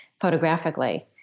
photographically